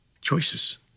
choices